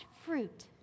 fruit